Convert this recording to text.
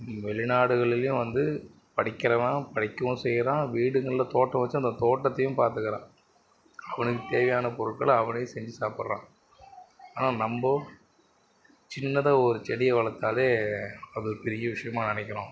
வெளிநாடுகள்லேயும் வந்து படிக்கிறவன் படிக்கவும் செய்கிறான் வீடுங்களில் தோட்டம் வச்சு அந்த தோட்டத்தையும் பார்த்துக்குறான் அவனுக்கு தேவையான பொருட்களை அவனே செஞ்சு சாப்புடுறான் ஆனால் நம்ம சின்னதாக ஒரு செடியை வளர்த்தாலே அது பெரிய விஷயமா நினைக்கிறோம்